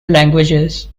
languages